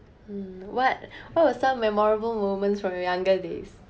mm what what was some memorable moments from your younger days